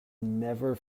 never